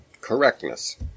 correctness